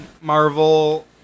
Marvel